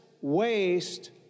waste